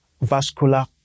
vascular